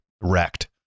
wrecked